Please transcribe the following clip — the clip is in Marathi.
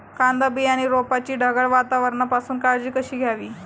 कांदा बियाणे रोपाची ढगाळ वातावरणापासून काळजी कशी घ्यावी?